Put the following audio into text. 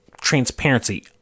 transparency